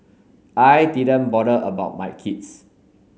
I didn't bother about my kids